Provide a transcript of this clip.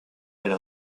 elle